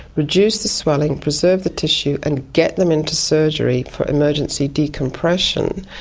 reduce the swelling, preserve the tissue and get them into surgery for emergency decompression,